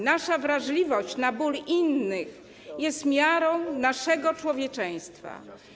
Nasza wrażliwość na ból innych jest miarą naszego człowieczeństwa.